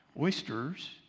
Oysters